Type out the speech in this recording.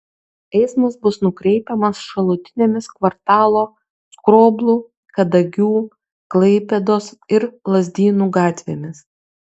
eismas bus nukreipiamas šalutinėmis kvartalo skroblų kadagių klaipėdos ir lazdynų gatvėmis